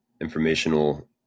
informational